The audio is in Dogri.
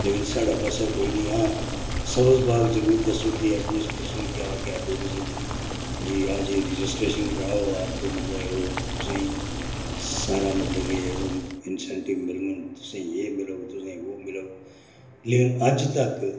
लेकिन साढ़े पास्सै कोई नेहा सब्जबाग जरूर दस्सी ओड़दे ऐडमिस्ट्रैशन क्या क्या टूरिजम जी हां रजिशट्रेशन कराओ आपको मतलब तुसेंईं सारा मतलब के हून इंसैंटिव मिलगङ तुसेंगी तुसेंगी एह् मिलग तुसें गी ओह् मिलग लेकिन अज्ज तक